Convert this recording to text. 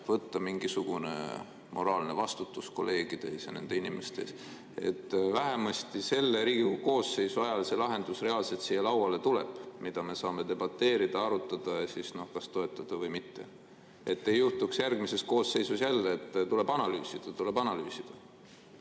võtta mingisugune moraalne vastutus kolleegide ees ja nende inimeste ees, et vähemasti selle Riigikogu koosseisu ajal see lahendus reaalselt siia lauale tuleb, mida me saame debateerida ja arutada, kas toetada või mitte? Et ei juhtuks järgmises koosseisus jälle, et tuleb analüüsida, tuleb analüüsida.